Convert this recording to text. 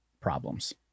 problems